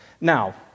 Now